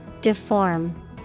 Deform